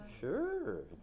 Sure